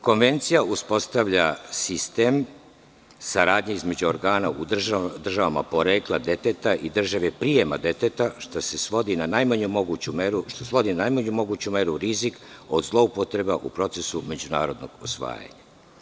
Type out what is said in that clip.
Konvencija uspostavlja sistem saradnje između organa u državama porekla deteta i države prijema deteta, što svodi na najmanju moguću meru rizik od zloupotreba u procesu međunarodnog usvajanja.